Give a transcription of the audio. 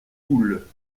poule